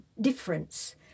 difference